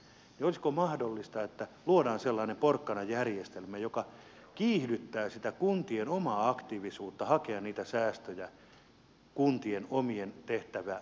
eli olisiko mahdollista että luodaan sellainen porkkanajärjestelmä joka kiihdyttää sitä kuntien omaa aktiivisuutta hakea niitä säästöjä kuntien omien tehtävävelvoitteiden poistamiseksi